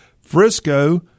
frisco